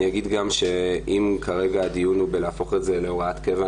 אני גם אגיד שאם כרגע הדיון הוא להפוך את זה להוראת קבע,